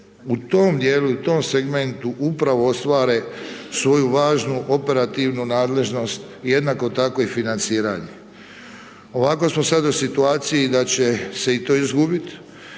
u tom djelu i tom segmentu upravo ostvare svoju važnu operativnu nadležnost, jednako tako i financiranje. Ovako smo sad u situaciji da će se i to izgubiti,